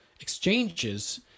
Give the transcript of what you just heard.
exchanges